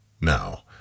Now